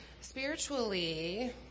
Spiritually